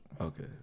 Okay